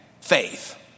faith